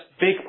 big